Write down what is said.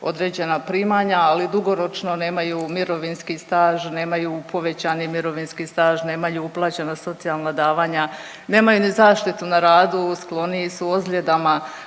određena primanja, ali dugoročno nemaju mirovinski staž, nemaju povećani mirovinski staž, nemaju uplaćena socijalna davanja, nemaju ni zaštitu radu, skloniji su ozljedama